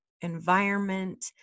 environment